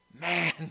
man